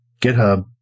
GitHub